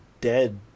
dead